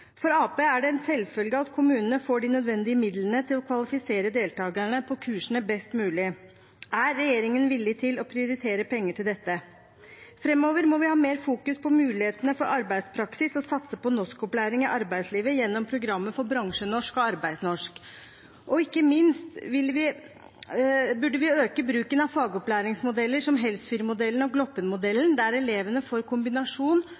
For Arbeiderpartiet er det en selvfølge at kommunene får de nødvendige midlene til å kvalifisere deltakerne på kursene best mulig. Er regjeringen villig til å prioritere penger til dette? Framover må vi fokusere mer på mulighetene for arbeidspraksis og satse på norskopplæring i arbeidslivet gjennom programmet for bransjenorsk og arbeidsnorsk. Ikke minst burde vi øke bruken av fagopplæringsmodeller som Helsfyrmodellen og Gloppenmodellen, der elevene får en kombinasjon